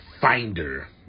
finder